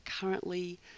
currently